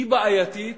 היא בעייתית